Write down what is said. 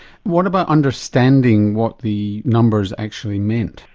what about understanding what the numbers actually meant?